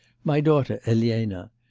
my daughter elena.